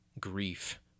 grief